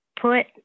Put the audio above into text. put